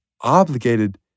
obligated